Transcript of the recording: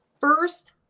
First